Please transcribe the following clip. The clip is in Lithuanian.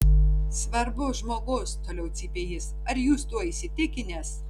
svarbus žmogus toliau cypė jis ar jūs tuo įsitikinęs